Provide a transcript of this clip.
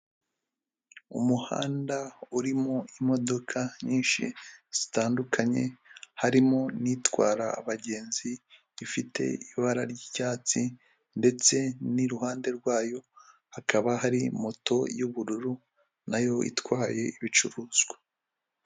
Umuhanda urimo imodoka nyinshi zitandukanye harimo n'itwara abagenzi ifite ibara ry'icyatsi ndetse n'iruhande rwayo hakaba hari moto y'ubururu nayo itwaye ibicuruzwa.